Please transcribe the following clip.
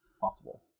possible